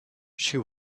she